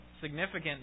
significant